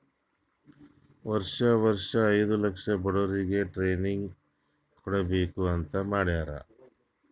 ವರ್ಷಾ ವರ್ಷಾ ಐಯ್ದ ಲಕ್ಷ ಬಡುರಿಗ್ ಟ್ರೈನಿಂಗ್ ಕೊಡ್ಬೇಕ್ ಅಂತ್ ಮಾಡ್ಯಾರ್